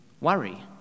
worry